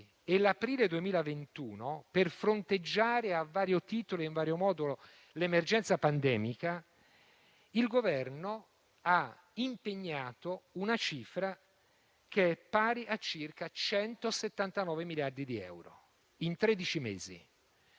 e l'aprile 2021, per fronteggiare a vario titolo e in vario modo l'emergenza pandemica, il Governo ha impegnato una cifra che è pari a circa 179 miliardi di euro in tredici